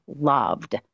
loved